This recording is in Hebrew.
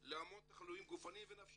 להמון תחלואים גופניים ונפשיים,